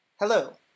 Hello